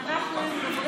אם אנחנו היינו